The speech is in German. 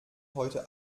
heute